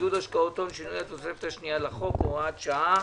לעידוד השקעות הון (שינוי התוספת השנייה לחוק) (הוראת שעה),